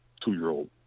two-year-old